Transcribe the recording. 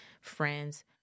friends